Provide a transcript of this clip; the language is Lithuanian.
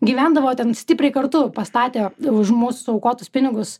gyvendavo ten stipriai kartu pastatė už mūsų aukotus pinigus